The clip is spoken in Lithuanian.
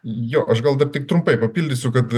jo aš gal tik trumpai papildysiu kad